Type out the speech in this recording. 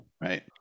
Right